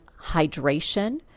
hydration